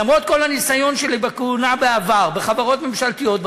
בכהונה בעבר בחברות ממשלתיות,